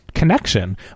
Connection